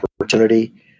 opportunity